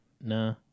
Nah